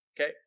okay